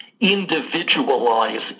individualize